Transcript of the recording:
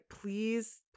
please